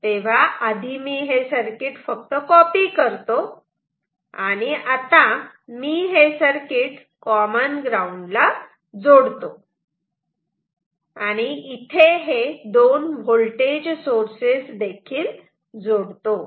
तेव्हा आधी मी हे सर्किट फक्त कॉपी करतो आणि आता मी हे सर्किट कॉमन ग्राउंड ला जोडतो आणि इथे हे दोन व्होल्टेज सोर्सेस जोडतो